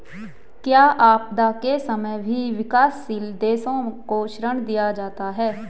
क्या आपदा के समय भी विकासशील देशों को ऋण दिया जाता है?